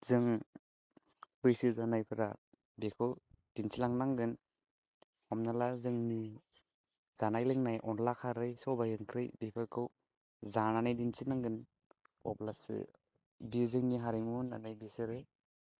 जों बैसो जानायफोरा बेखौ दिन्थिलांनांगोन हमना ला जोंनि जानाय लोंनाय अनला खारै सबाय ओंख्रै बेफोर जानानै दिन्थिनांगोन अब्लासो बे जोंनि हारिमु होन्नानै बिसोरो